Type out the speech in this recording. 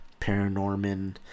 Paranorman